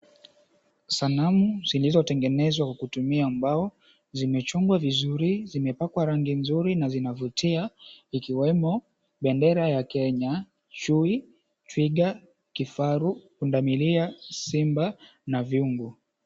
Sanamu zilizotengenezwa kwa kutumia mbao zimechongwa vizuri, zimepakwa rangi nzuri na zinavutia ikiwemo, bendera ya Kenya, chui, twiga, kifaru, pundamilia, simba na viumbe.